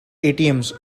atms